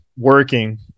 working